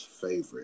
favorite